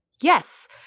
Yes